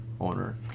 owner